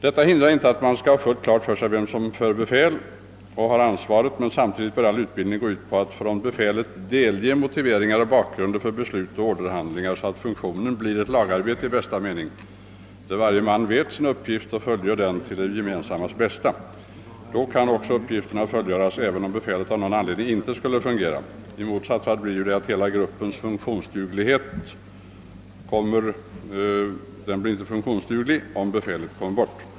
Detta hindrar inte att de värnpliktiga skall ha fullt klart för sig vem som för befälet och har ansvaret, men samtidigt bör all utbildning gå ut på att befälet skall ge motivering och bakgrund till beslut och orderhandlingar, så att funktionen blir ett lagarbete i bästa mening, där varje man vet sin uppgift och fullgör den till det gemensammas bästa. Då kan uppgifterna fullgöras, även om befälet av någon anledning inte skulle fungera. I motsatt fall blir gruppen inte funktionsduglig om befälet kommer bort.